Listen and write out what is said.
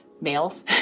males